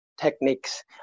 techniques